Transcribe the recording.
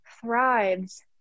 thrives